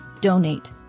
donate